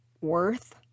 worth